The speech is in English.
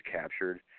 captured